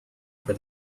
for